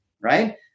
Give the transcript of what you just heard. right